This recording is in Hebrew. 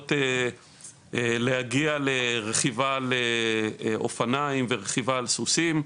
שיכולות להגיע לרכיבה על אופניים ורכיבה על סוסים,